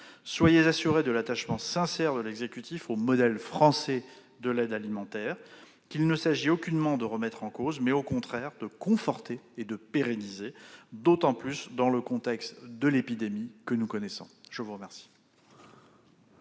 Soyez assuré de l'attachement sincère de l'exécutif au modèle français de l'aide alimentaire, qu'il ne s'agit aucunement de remettre en cause, mais au contraire de conforter et de pérenniser, d'autant plus dans le contexte d'épidémie que nous connaissons. La parole